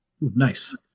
Nice